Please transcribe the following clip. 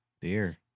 Dear